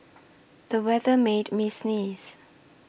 the weather made me sneeze